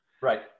Right